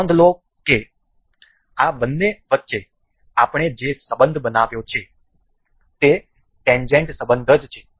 નોંધ લો કે આ બંને વચ્ચે આપણે જે સંબંધ બનાવ્યો છે તે ટેન્જેન્ટ સંબંધ જ છે